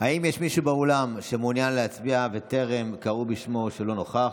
האם יש מישהו באולם שמעוניין להצביע וטרם קראו בשמו או שלא נכח?